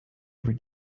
every